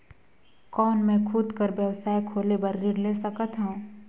कौन मैं खुद कर व्यवसाय खोले बर ऋण ले सकत हो?